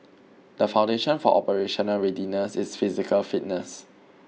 the foundation for operational readiness is physical fitness